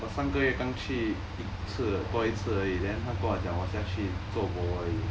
我上个月刚去一次多一次而已 then 他跟我讲我下去 zuo bo 而已